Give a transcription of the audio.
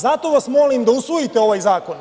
Zato vas molim da usvojite ovaj zakon.